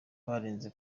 barenze